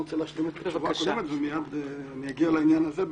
אני רוצה להשלים את התשובה הקודמת ומייד אני אגיע לעניין הזה.